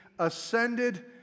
ascended